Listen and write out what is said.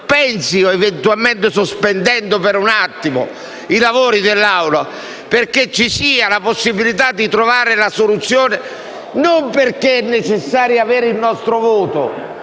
generale, eventualmente sospendendo per un attimo i lavori dell'Assemblea, perché ci sia la possibilità di trovare la soluzione e non perché sia necessario avere il nostro voto.